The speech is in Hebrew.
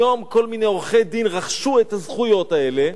היום כל מיני עורכי-דין רכשו את הזכויות האלה,